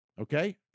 okay